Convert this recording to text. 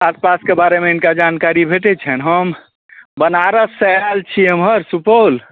आसपासके बारेमे हिनका जानकारी भेटै छनि हम बनारससँ आएल छी एम्हर सुपौल